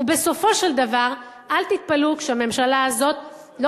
ובסופו של דבר אל תתפלאו כשהממשלה הזאת לא